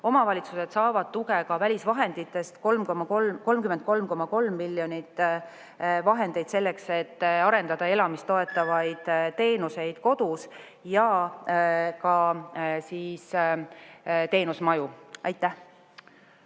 Omavalitsused saavad tuge ka välisvahenditest 33,3 miljonit, selleks et arendada elamist toetavaid teenuseid kodus ja ka teenusmaju. Aitäh!